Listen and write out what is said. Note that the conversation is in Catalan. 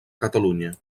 catalunya